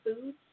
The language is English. food